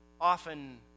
often